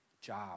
job